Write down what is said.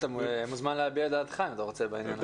אתה מוזמן להביע את דעתך אם אתה רוצה, בעניין הזה.